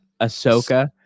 Ahsoka